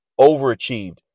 overachieved